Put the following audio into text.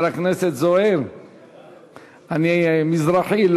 אני מזרחי.